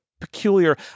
peculiar